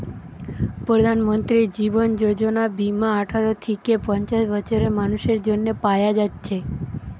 প্রধানমন্ত্রী জীবন যোজনা বীমা আঠারো থিকে পঞ্চাশ বছরের মানুসের জন্যে পায়া যাচ্ছে